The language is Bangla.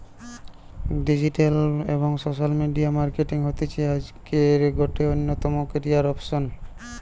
ডিজিটাল এবং সোশ্যাল মিডিয়া মার্কেটিং হতিছে আজকের গটে অন্যতম ক্যারিয়ার অপসন